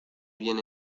bien